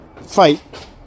fight